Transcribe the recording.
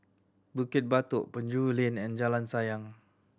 Bukit Batok Penjuru Lane and Jalan Sayang